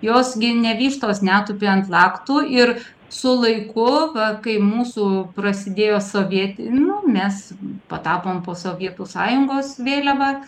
jos gi ne vištos netupi ant laktų ir su laiku va kai mūsų prasidėjo soviet nu mes patapom po sovietų sąjungos vėliava